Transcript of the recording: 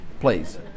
please